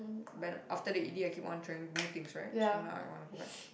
banner after the E_D I keep on trying new things right so now I wanna go back